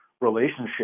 Relationship